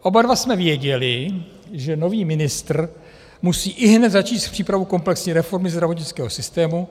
Oba dva jsme věděli, že nový ministr musí ihned začít s přípravou komplexní reformy zdravotnického systému.